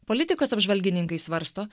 politikos apžvalgininkai svarsto